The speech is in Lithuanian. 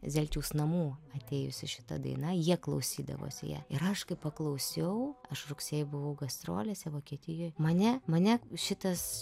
zelčiaus namų atėjusi šita daina jie klausydavosi ją ir aš kai paklausiau aš rugsėjį buvau gastrolėse vokietijoj mane mane šitas